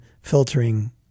filtering